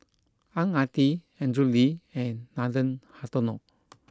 Ang Ah Tee Andrew Lee and Nathan Hartono